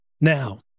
Now